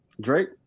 Drake